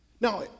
Now